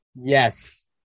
yes